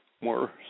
more